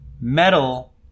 Metal